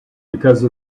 because